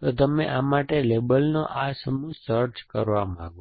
તો તમે આ માટે લેબલનો આ સમૂહ સર્ચ કરવા માંગો છો